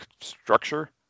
structure